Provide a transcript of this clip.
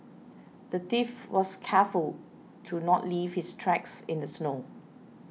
the thief was careful to not leave his tracks in the snow